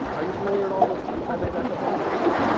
are you familiar at all with primary backup replication?